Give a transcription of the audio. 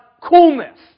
coolness